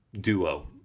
Duo